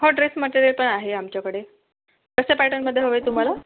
हो dress material पण आहे आमच्याकडे कशा पॅटर्नमध्य हवं आहे तुम्हाला